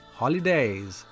holidays